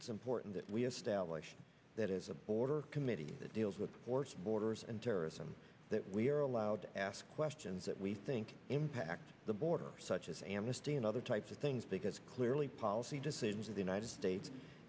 it's important that we establish that is a border committee that deals with borders and terrorism that we're allowed to ask questions that we think impact the border such as amnesty and other types of things because clearly policy decisions of the united states